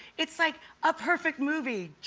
it's like a perfect movie,